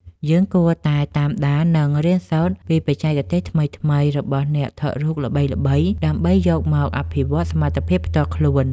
យើងគួរតែតាមដាន និងរៀនសូត្រពីបច្ចេកទេសថ្មីៗរបស់អ្នកថតរូបល្បីៗដើម្បីយកមកអភិវឌ្ឍសមត្ថភាពផ្ទាល់ខ្លួន។